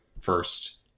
first